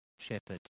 Shepherd